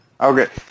Okay